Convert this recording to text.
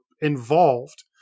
involved